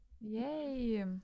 Yay